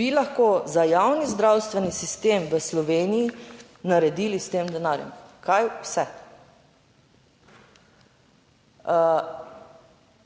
bi lahko za javni zdravstveni sistem v Sloveniji naredili s tem denarjem,? Kaj vse?